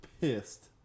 pissed